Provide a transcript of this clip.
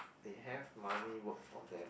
they have money work for them